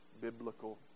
biblical